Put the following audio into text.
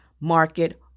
market